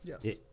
Yes